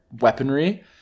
weaponry